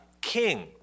king